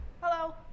Hello